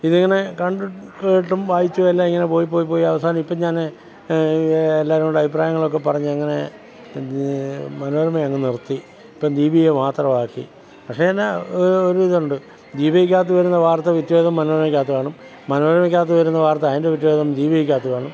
ഇതിങ്ങനെ കണ്ടും കേട്ടും വായിച്ചുമെല്ലാം ഇങ്ങനെ പോയി പോയി പോയി അവസാനം ഇപ്പം ഞാൻ എല്ലാവരുംകൂടി അഭിപ്രായങ്ങളൊക്കെ പറഞ്ഞ് അങ്ങനെ മനോരമ അങ്ങ് നിർത്തി ഇപ്പം ദീപിക മാത്രമാക്കി പക്ഷെ എന്നാൽ ഒരു ഇതുണ്ട് ദീപികയ്ക്കകത്ത് വരുന്ന വാർത്ത പിറ്റേന്ന് മനോരമയ്ക്കകത്ത് കാണും മനോരമയ്ക്കകത്ത് വരുന്ന വാർത്ത അതിൻ്റെ പിറ്റേദിവസം ദീപികയ്ക്കകത്ത് കാണും